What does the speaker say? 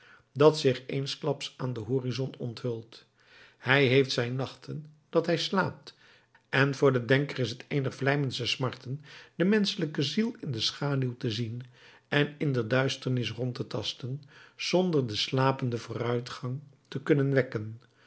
dat zich eensklaps aan den horizon onthult hij heeft zijn nachten dat hij slaapt en voor den denker is het een der vlijmendste smarten de menschelijke ziel in de schaduw te zien en in de duisternis rond te tasten zonder den slapenden vooruitgang te kunnen wekken